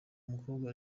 mukobwa